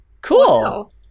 Cool